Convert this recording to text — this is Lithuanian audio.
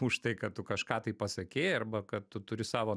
už tai kad tu kažką tai pasakei arba kad tu turi savo